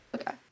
Okay